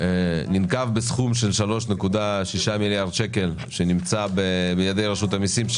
ננקב בסכום של 3.6 מיליארד שקל שנמצא בידי רשות המיסים,